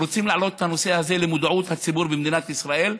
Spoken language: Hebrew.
ורוצים להעלות את הנושא הזה למודעות הציבור במדינת ישראל,